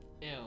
ew